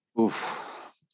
Oof